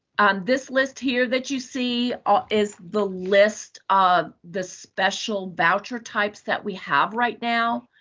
on this list here that you see, ah is the list of the special voucher types that we have right now.